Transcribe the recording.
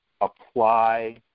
apply